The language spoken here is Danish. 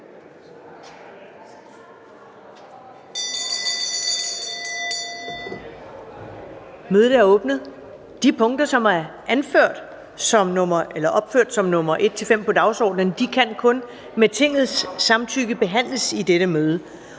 Ellemann): De punkter, som er opført som nr. 1-5 på dagsordenen, kan kun med Tingets samtykke behandles i dette møde.